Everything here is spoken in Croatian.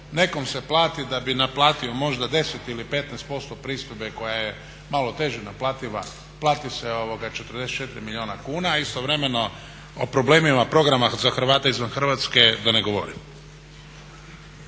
nekom se plati da bi naplatio možda 10% ili 15% pristojbe koja je malo teže naplativa, plati se 44 milijuna kuna, a istovremeno o problemima programa za Hrvate izvan Hrvatske da ne govorim.